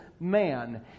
man